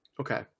okay